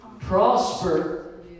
prosper